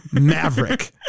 maverick